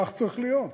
כך צריך להיות,